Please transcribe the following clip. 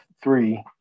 three